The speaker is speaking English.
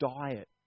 diet